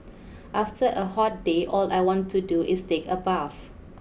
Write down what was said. after a hot day all I want to do is take a bath